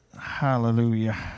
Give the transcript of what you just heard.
Hallelujah